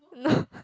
no